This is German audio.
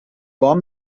warm